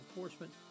enforcement